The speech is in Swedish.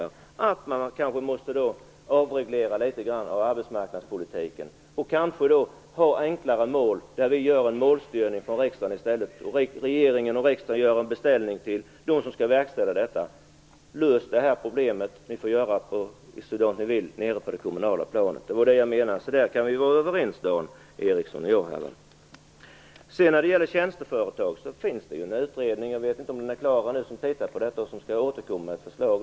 Jag menade att man kanske måste avreglera litet grand av arbetsmarknadspolitiken och kanske ha enklare mål där vi i stället gör en målstyrning från riksdagen och regering och riksdag gör en beställning till dem som skall verkställa detta: Lös detta problem. Ni får göra hur ni vill på det kommunala planet. Det var vad jag menade. Där kan vi vara överens, Dan Ericsson och jag. När det sedan gäller tjänsteföretagen finns det en utredning - jag vet inte om den är klar ännu - som ser över frågan och som skall återkomma med ett förslag.